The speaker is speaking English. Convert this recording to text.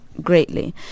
greatly